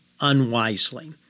unwisely